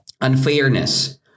unfairness